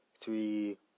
three